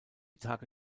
tage